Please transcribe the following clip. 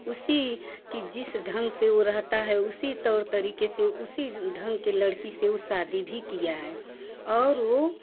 उसी कि जिस ढंग से वह रहता है उसी तौर तरीके से उसी ढंग के लड़की से वह शादी भी किया है और वह